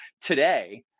today